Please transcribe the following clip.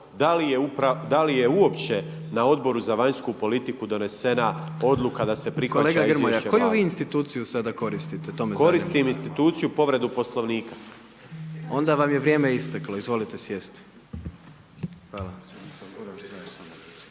da li je uopće na Odboru za vanjsku politiku donesena odluka da se prihvaća…/Upadica: Kolega Grmoja, koju vi instituciju sada koristite, to me zanima/…koristim instituciju povredu Poslovnika…/Upadica: Onda vam je vrijeme isteklo, izvolite sjesti/…